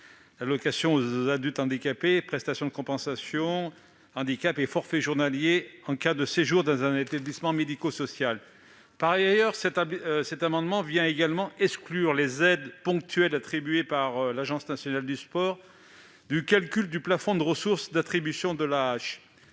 situation de handicap : AAH, prestation de compensation du handicap et forfait journalier en cas de séjour dans un établissement médico-social. Cet amendement vise également à exclure les aides ponctuelles attribuées par l'Agence nationale du sport (ANS) du calcul du plafond de ressources d'attribution de l'AAH.